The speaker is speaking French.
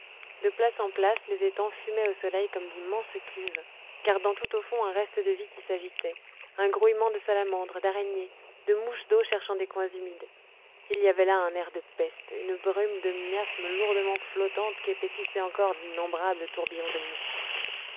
de place en place les étangs fumaient au soleil comme d'immenses cuves gardant tout au fond un reste de vie qui s'agitait un grouillement de salamandres d'araignées de mouches d'eau cherchant des coins humides il y avait là un air de peste une brume de miasmes lourdement flottante qu'épaississaient encore d'innombrables tourbillons de moustiques